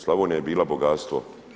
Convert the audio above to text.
Slavonija je bila bogatstvo.